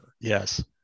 yes